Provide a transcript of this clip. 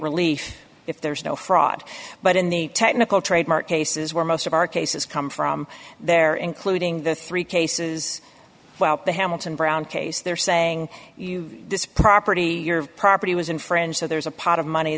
relief if there's no fraud but in the technical trademark cases where most of our cases come from there including the three cases while the hamilton brown case they're saying this property your property was in french so there's a pot of money